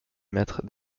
mettre